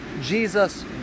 Jesus